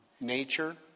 nature